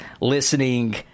listening